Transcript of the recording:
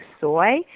soy